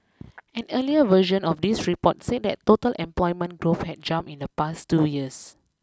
an earlier version of this report said total employment growth had jumped in the past two years